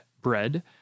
bread